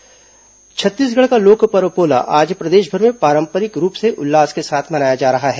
पोला पर्व छत्तीसगढ़ का लोकपर्व पोला आज प्रदेशभर में पारंपरिक रूप से उल्लास के साथ मनाया जा रहा है